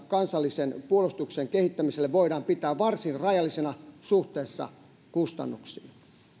kansallisen puolustuksen kehittämiselle voidaan pitää varsin rajallisina suhteessa kustannuksiin